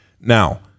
now